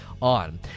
on